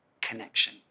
connection